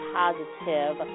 positive